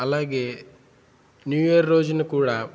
అలాగే new year రోజున కూడా